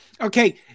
Okay